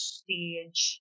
stage